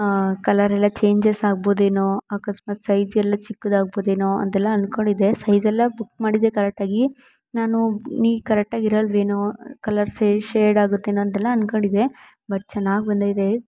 ಕಲರೆಲ್ಲ ಚೇಂಜಸ್ ಆಗ್ಬೌದೇನೊ ಆಕಸ್ಮಾತ್ ಸೈಜೆಲ್ಲ ಚಿಕ್ಕದಾಗ್ಬೌದೇನೊ ಅದೆಲ್ಲ ಅಂದ್ಕೊಂಡಿದ್ದೆ ಸೈಜೆಲ್ಲ ಬುಕ್ ಮಾಡಿದ್ದೆ ಕರೆಕ್ಟಾಗಿ ನಾನು ನೀ ಕರೆಕ್ಟಾಗಿ ಇರಲ್ವೇನೊ ಕಲರ್ ಸೇ ಶೇಡ್ ಆಗುತ್ತೇನೊ ಅಂತೆಲ್ಲ ಅಂದ್ಕೊಂಡಿದ್ದೆ ಬಟ್ ಚೆನ್ನಾಗಿ ಬಂದೈತೆ